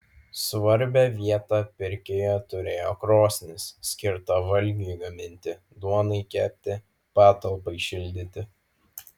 svarbią vietą pirkioje turėjo krosnis skirta valgiui gaminti duonai kepti patalpai šildyti